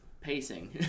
pacing